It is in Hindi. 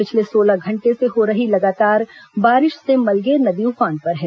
पिछले सोलह घंटे से हो रही लगातार बारिश से मलगेर नदी उफान पर है